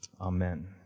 Amen